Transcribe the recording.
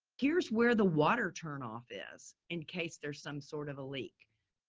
here's where the water turn-off is in case there's some sort of a leak.